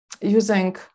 using